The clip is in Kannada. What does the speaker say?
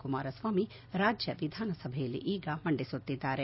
ಕುಮಾರಸ್ಲಾಮಿ ರಾಜ್ಯ ವಿಧಾನಸಭೆಯಲ್ಲೀಗ ಮಂಡಿಸುತ್ತಿದ್ದಾರೆ